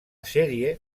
sèrie